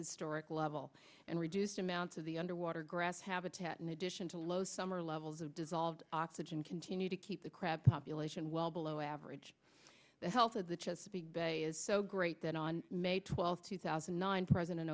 historic level and reduced amounts of the underwater grass habitat in addition to low summer levels of dissolved oxygen continue to keep the crab population well below average the health of the chesapeake bay is so great that on may twelfth two thousand and nine president